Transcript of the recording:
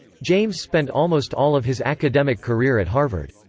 james spent almost all of his academic career at harvard.